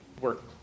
work